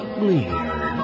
clear